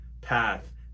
path